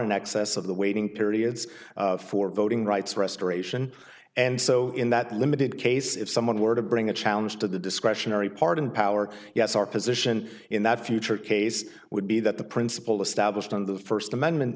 in excess of the waiting periods for voting rights restoration and so in that limited case if someone were to bring a challenge to the discretionary pardon power yes our position in that future case would be that the principle established on the first amendment